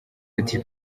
ati